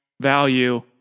value